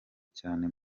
cyane